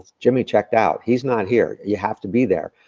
jimmy checked out, he's not here. you have to be there.